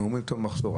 הם אומרים טוב, מחסור.